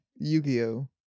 Yu-Gi-Oh